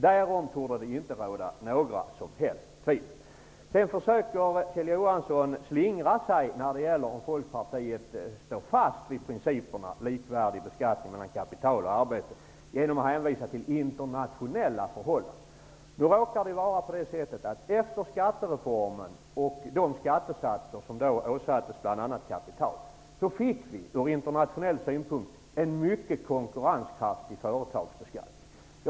Därom torde det inte råda något tvivel. Kjell Johansson försäker slingra sig i frågan om huruvida Folkpartiet står fast vid principen om likvärdig beskattning av kapital och arbete eller inte genom att hänvisa till internationella förhållanden. Efter det att skattereformen infördes med de skattesatser som då åsattes bl.a. kapital fick vi ur internationell synpunkt en mycket konkurrenskraftig företagsbeskattning.